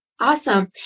Awesome